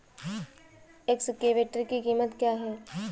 Excavator की कीमत क्या है?